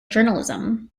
journalism